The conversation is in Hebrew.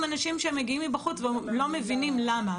אנשים שמגיעים מבחוץ ולא מבינים למה,